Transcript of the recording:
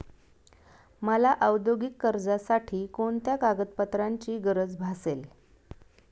मला औद्योगिक कर्जासाठी कोणत्या कागदपत्रांची गरज भासेल?